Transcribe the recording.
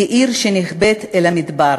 היא עיר שנחבאת אל המדבר.